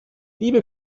liebe